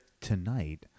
Tonight